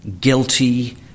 guilty